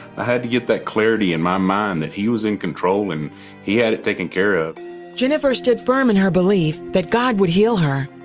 had to get that clarity in my mind that he was in control and he had it taken care of. reporter jennifer stood firm in her belief that god would heal her.